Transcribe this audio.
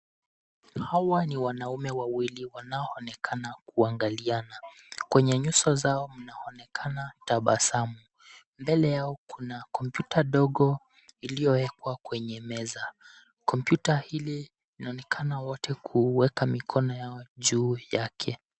Hawa ni wanaume wawili wanaoonekana kuangaliana. Kwenye nyuso zao mnaonekana tabasamu. Mbele yao kuna kompyuta dogo iliyowekwa kwenye meza. Kompyuta hili linaonekana wote kuuweka mikono yao juu yake.